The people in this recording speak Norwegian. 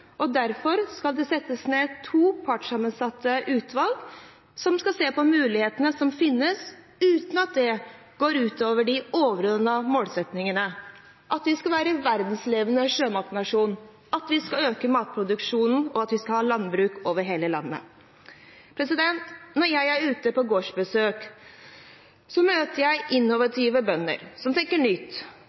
skiftet. Derfor skal det settes ned to partssammensatte utvalg, som skal se på mulighetene som finnes uten at det går ut over de overordnede målsettingene: at vi skal være verdensledende sjømatnasjon, at vi skal øke matproduksjonen, og at vi skal ha landbruk over hele landet. Når jeg er ute på gårdsbesøk, møter jeg innovative bønder som tenker nytt